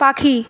পাখি